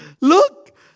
Look